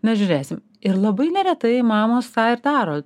mes žiūrėsim ir labai neretai mamos tą ir daro